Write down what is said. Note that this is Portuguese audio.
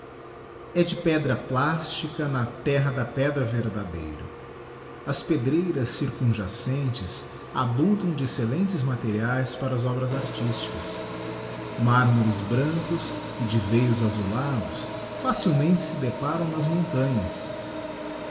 e de pedra plástica na terra da pedra verdadeira as pedreiras cireumjacentes abundam de exeellentes materiaes para obras artisticas mármores brancos e de veios azulados facilmente se deparam nas montanhas